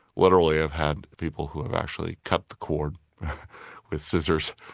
literally i've had people who have actually cut the cord with scissors.